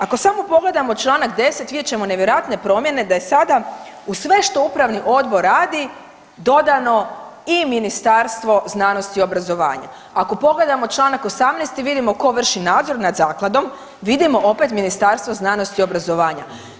Ako samo pogledamo čl. 10.vidjet ćemo nevjerojatne promjene da je sada uz sve što upravni odbor radi dodatno i Ministarstvo znanosti i obrazovanja, ako pogledamo čl. 18.vidimo tko vrši nadzor nad zakladom vidimo opet Ministarstvo znanosti i obrazovanja.